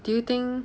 do you think